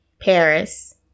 Paris